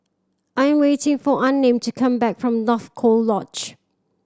I am waiting for Unnamed to come back from North Coast Lodge